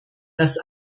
das